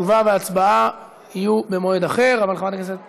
תשובה והצבעה יהיו במועד אחר, אבל חברת הכנסת